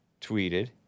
tweeted